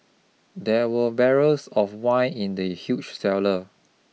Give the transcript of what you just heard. there were barrels of wine in the huge cellar